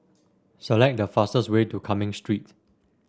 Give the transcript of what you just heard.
select the fastest way to Cumming Street